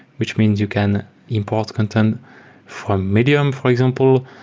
which means you can import content for medium, for example,